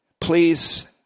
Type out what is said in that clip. please